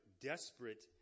desperate